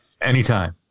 Anytime